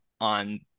on